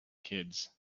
kids